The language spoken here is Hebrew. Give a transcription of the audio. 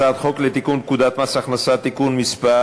הצעת חוק לתיקון פקודת מס הכנסה (מס'